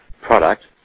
product